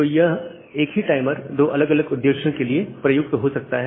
तो यह एक ही टाइमर दो अलग अलग उद्देश्यों के लिए प्रयुक्त हो सकता है